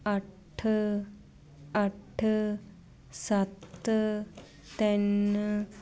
ਅੱਠ ਅੱਠ ਸੱਤ ਤਿੰਨ